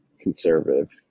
conservative